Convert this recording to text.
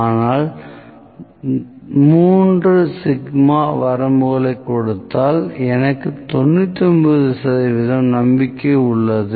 ஆனால் 3 சிக்மா வரம்புகளை கொடுத்தால் எனக்கு 99 சதவீதம் நம்பிக்கை உள்ளது